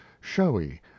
showy